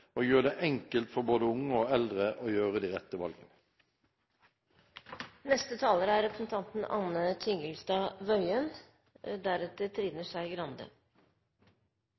og gjør det enkelt for både unge og eldre å gjøre de rette valgene.